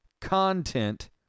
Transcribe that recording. content